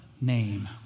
name